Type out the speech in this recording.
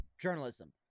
journalism